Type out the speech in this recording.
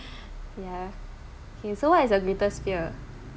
yeah okay so what is your greatest fear